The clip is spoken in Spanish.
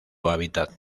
hábitat